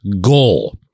goal